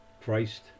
Christ